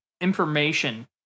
information